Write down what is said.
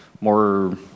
more